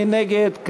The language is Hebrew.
מי נגד?